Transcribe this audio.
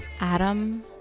Adam